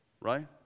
right